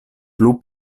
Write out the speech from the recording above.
plu